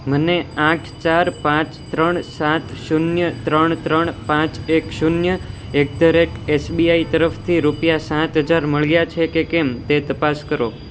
મને આઠ ચાર પાંચ ત્રણ સાત શૂન્ય ત્રણ ત્રણ પાંચ એક શૂન્ય એટ ધ રેટ એસબીઆઇ તરફથી રૂપિયા સાત હજાર મળ્યા છે કે કેમ તે તપાસ કરો